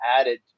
added